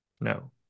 no